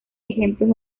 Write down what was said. ejemplos